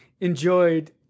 enjoyed